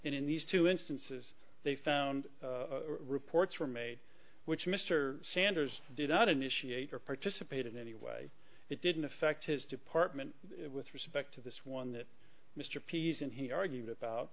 and in these two instances they found reports were made which mr sanders did not initiate or participate in anyway it didn't affect his department with respect to this one that mr pease and he argued about